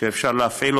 שאפשר להפעיל,